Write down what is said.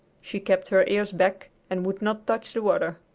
she kept her ears back and would not touch the water.